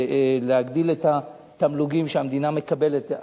להגדיל את התמלוגים שהמדינה מקבלת.